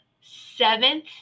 seventh